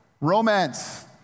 romance